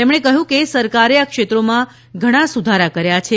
તેમણે કહ્યું કે સરકારે આ ક્ષેત્રોમાં ઘણા સુધારા કર્યા છે